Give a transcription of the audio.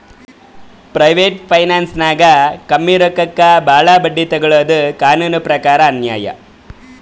private ಫೈನಾನ್ಸ್ದಾಗ್ ಕಮ್ಮಿ ರೊಕ್ಕಕ್ ಭಾಳ್ ಬಡ್ಡಿ ತೊಗೋಳಾದು ಕಾನೂನ್ ಪ್ರಕಾರ್ ಅನ್ಯಾಯ್